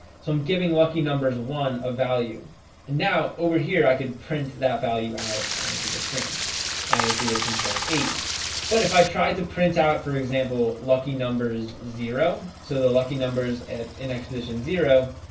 so i'm giving lucky numbers one of value and now over here i could print that value out onto the screen and you'll see we're printing of eighty but if i try to print out for example lucky numbers zero so the lucky numbers at in x position zero